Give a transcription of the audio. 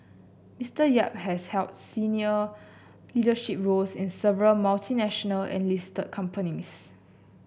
Mister Yap has held senior leadership roles in several multinational and listed companies